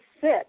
sit